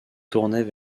tournaient